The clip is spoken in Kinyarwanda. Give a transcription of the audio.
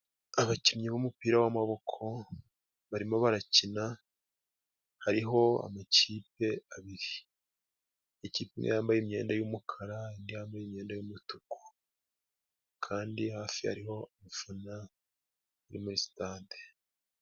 Abakinnyi b'umupira w'amaboko barimo barakina, hariho amakipe abiri. Ikipe imwe yambaye imyenda y'umukara, indi yambaye imyenda y'umutuku, kandi hafi hariho abafana muri muristade.